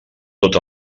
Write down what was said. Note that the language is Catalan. tot